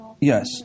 Yes